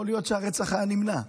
יכול להיות שהרצח היה נמנע.